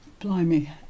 blimey